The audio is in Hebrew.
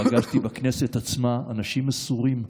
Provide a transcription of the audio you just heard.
פגשתי בכנסת עצמה אנשים מסורים,